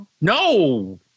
No